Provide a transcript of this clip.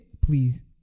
please